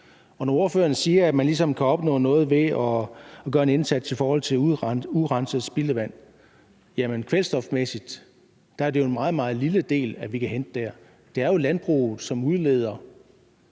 Når ordføreren siger, at man ligesom kan opnå noget ved at gøre en indsats i forhold til urenset spildevand, vil jeg sige, at kvælstofmæssigt er det en meget, meget lille del, vi kan hente der. Det er jo landbruget, som udleder